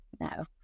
No